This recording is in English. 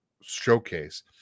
showcase